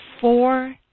four